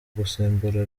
gusimbura